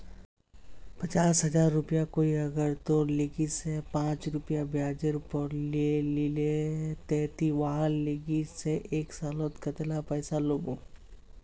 पचास हजार रुपया कोई अगर तोर लिकी से पाँच रुपया ब्याजेर पोर लीले ते ती वहार लिकी से एक सालोत कतेला पैसा लुबो?